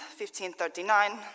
1539